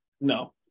No